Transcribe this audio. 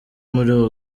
muri